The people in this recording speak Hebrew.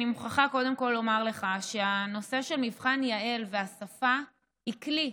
אני מוכרחה קודם כול לומר לך שהנושא של מבחן יע"ל והשפה הוא כלי,